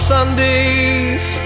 Sundays